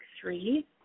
three